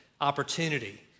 opportunity